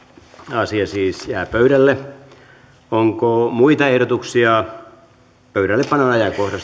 asia siis jää pöydälle onko muita ehdotuksia pöydällepanon